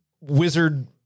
wizard